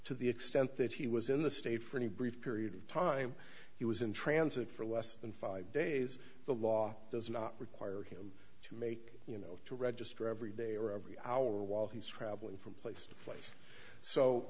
to the extent that he was in the state for any brief period of time he was in transit for less than five days the law does not require him to make you know to register every day or every hour while he's traveling from place to place so